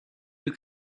you